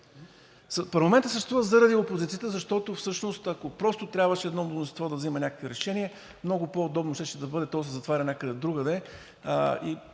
Парламентът съществува заради опозицията, защото всъщност, ако просто трябваше едно мнозинство да взима някакви решения, много по-удобно щеше да бъде то да се затваря някъде другаде